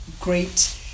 great